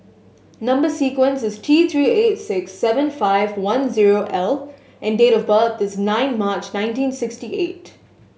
number sequence is T Three eight six seven five one zero L and date of birth is nine March nineteen sixty eight